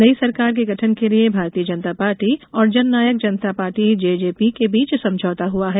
नई सरकार के गठन के लिए भारतीय जनता पार्टी और जननायक जनता पार्टी जेजेपी के बीच समझौता हआ है